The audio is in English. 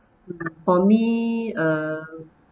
for me uh